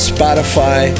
Spotify